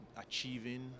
achieving